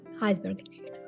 iceberg